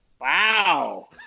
Wow